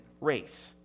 race